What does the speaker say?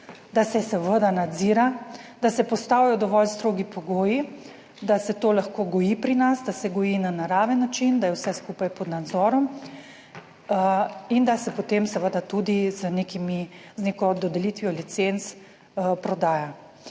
da se seveda nadzira, da se postavijo dovolj strogi pogoji, da se to lahko goji pri nas, da se goji na naraven način, da je vse skupaj pod nadzorom, in da se potem seveda tudi z nekimi, z neko dodelitvijo licenc prodaja.